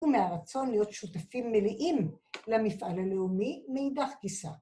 ‫ומהרצון להיות שותפים מלאים ‫למפעל הלאומי מאידך גיסא.